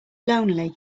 lonely